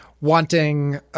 wanting –